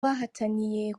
bahataniye